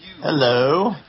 Hello